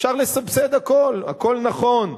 אפשר לסבסד הכול, הכול נכון,